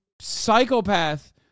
psychopath